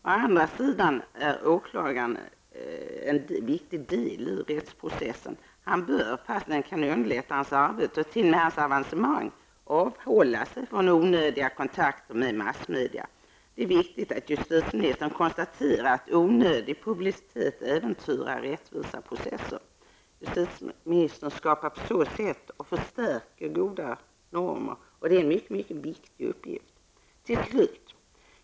Åklagaren är också en viktig del av rättsprocessen. Han bör -- fastän det kan underlätta hans arbete och t.o.m. hans avancemang -- avhålla sig från onödiga kontakter med massmedia. Det är viktigt att justitieministern konstaterar att onödig publicitet äventyrar rättvisa processer. Justitieministern skapar på så sätt och förstärker goda normer. Det är en mycket viktig uppgift.